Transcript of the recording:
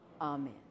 Amen